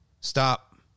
Stop